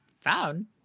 Found